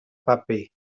babi